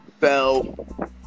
Fell